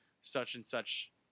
such-and-such –